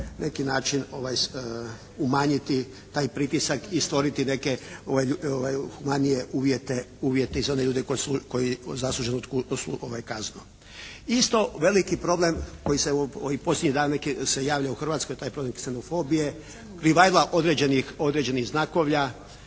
neki način umanjiti taj pritisak i stvoriti neke manje uvjete i za one ljude koji zasluže kaznu. Isto veliki problem koji se ovih posljednjih dana se javlja u Hrvatskoj, taj problem ksenofobije … /Ne razumije se./ … određenih znakovlja.